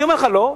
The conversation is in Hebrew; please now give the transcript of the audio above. אני אומר לך: לא,